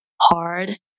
hard